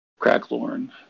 Cracklorn